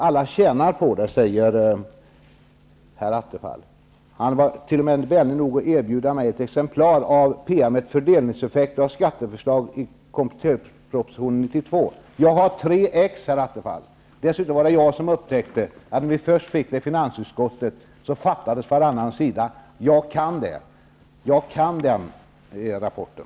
Alla tjänar på den, säger herr Attefall. Han var t.o.m. vänlig nog att erbjuda mig ett exemplar av PM:et Jag har tre exemplar. Dessutom var det jag som upptäckte att varannan sida fattades, när vi först fick det i finansutskottet. Jag kan den rapporten.